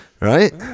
Right